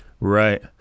right